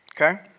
Okay